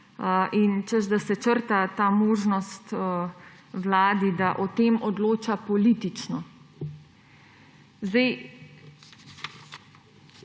češ, da se črta ta možnost Vladi, da o tem odloča politično.